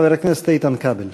חבר הכנסת איתן כבל.